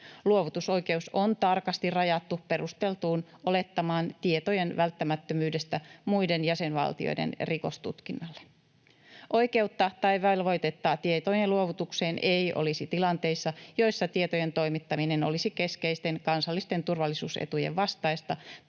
Luovutusoikeus on tarkasti rajattu perusteltuun olettamaan tietojen välttämättömyydestä muiden jäsenvaltioiden rikostutkinnalle. Oikeutta tai velvoitetta tietojen luovutukseen ei olisi tilanteissa, joissa tietojen toimittaminen olisi keskeisten kansallisten turvallisuusetujen vastaista